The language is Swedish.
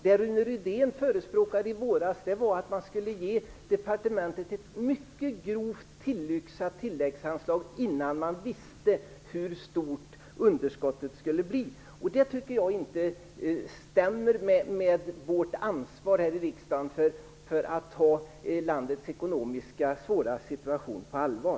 Det Rune Rydén förespråkade i våras var att man skulle ge departementet ett mycket grovt tillyxat tilläggsanslag innan man visste hur stort underskottet skulle bli. Det tycker inte jag stämmer med riksdagens ansvar för att ta landets ekonomiskt svåra situation på allvar.